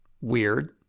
weird